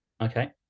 Okay